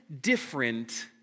different